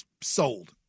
sold